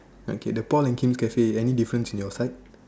okay the Paul and Kim's cafe any difference in your side